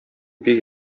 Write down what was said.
бик